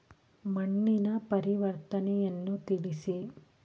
ಮಣ್ಣಿನ ಪರಿವರ್ತನೆಯನ್ನು ತಿಳಿಸಿ?